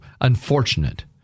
unfortunate